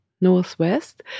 northwest